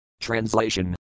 Translation